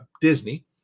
Disney